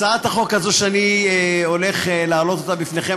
הצעת החוק שאני הולך להעלות בפניכם,